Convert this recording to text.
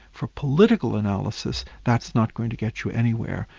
for political analysis that's not going to get you anywhere.